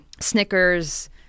Snickers